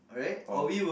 oh